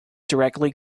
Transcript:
directly